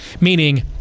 Meaning